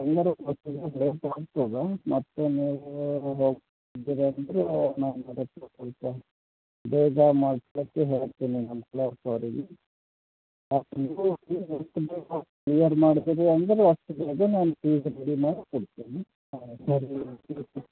ಮತ್ತು ನೀವು ಹೋಗ್ತಿದ್ದಿರಂದ್ರು ನಾನು ಅದಕ್ಕೆ ಸ್ವಲ್ಪ ಬೇಗ ಮಾಡ್ಸ್ಕೊಡಕ್ಕೆ ಹೇಳ್ತೀನಿ ನಮ್ಮ ಕ್ಲರ್ಕ್ ಅವ್ರಿಗೆ ನೀವು ಫೀಸ್ ಎಷ್ಟು ಬೇಗ ಕ್ಲಿಯರ್ ಮಾಡ್ತೀರಿ ಅಂದರೆ ಅಷ್ಟು ಬೇಗ ನಾನು ಟಿ ಸಿ ರೆಡಿ ಮಾಡಿ ಕೊಡ್ತೀನಿ